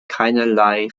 keinerlei